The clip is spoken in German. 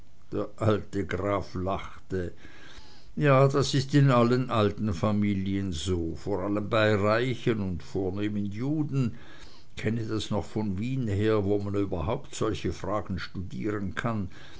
der alte graf lachte ja das ist in allen alten familien so vor allem bei reichen und vornehmen juden kenne das noch von wien her wo man überhaupt solche fragen studieren kann